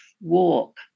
walk